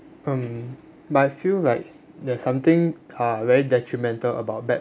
um but I feel like there's something uh very detrimental about bad